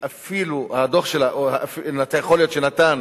אפילו הדוח שלה, שנתן